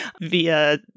via